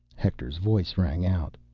hector's voice rang out.